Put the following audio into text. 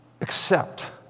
accept